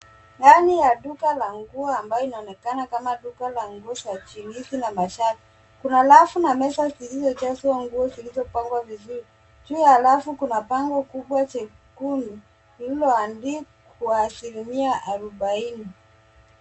Ndani ya duka la nguo ambalo linaonekana kama duka la nguo za jeans[cs)na shati. Kuna rafu na meza zilizojazwa nguo zilizopangwa vizuri. Juu ya rafu kuna bango kubwa jekundu lililoandikwa asilimia arobaini.